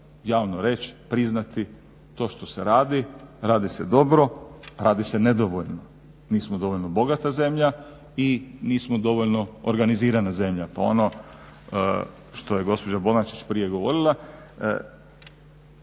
javno reći, priznati, to što se radi, radi se dobro, radi se nedovoljno, nismo dovoljno bogata zemlja i nismo dovoljno organizirana zemlja pa ono što je gospođa Bonačić prije govorila,